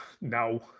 No